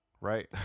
right